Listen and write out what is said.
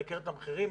נייקר את המחירים,